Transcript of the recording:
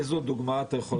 אתה יכול לתת דוגמה?